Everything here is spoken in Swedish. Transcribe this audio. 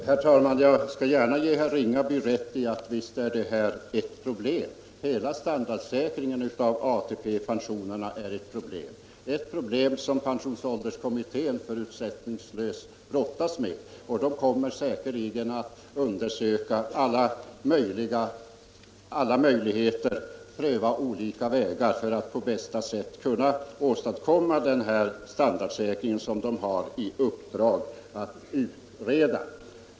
Herr talman! Jag skall gärna ge herr Ringaby rätt i att hela standardsäkringen av ATP-pensionerna är ett problem. Pensionsålderskommittén brottas nu också med detta. Den kommer säkerligen att undersöka alla möjligheter att på bästa sätt åstadkomma den standardsäkring som den har i uppdrag att utreda.